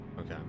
Okay